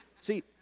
See